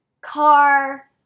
car